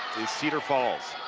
is cedar falls.